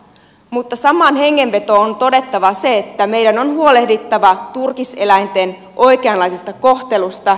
mutta samaan hengenvetoon on todettava se että meidän on huolehdittava turkiseläinten oikeanlaisesta kohtelusta